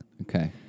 Okay